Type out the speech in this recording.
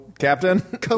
Captain